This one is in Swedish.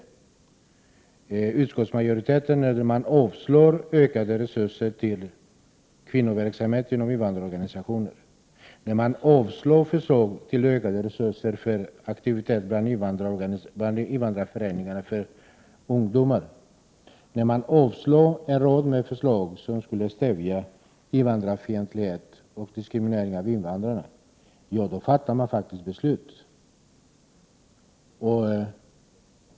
När utskottsmajoriteten avstyrker ökade resurser till kvinnoverksamhet genom invandrarorganisationerna, avstyrker ökade resurser till aktiviteter för ungdomar inom invandrarföreningarna och avstyrker en rad förslag som skulle stävja invandrarfientlighet och diskriminering av invandrare, då fattar man faktiskt beslut.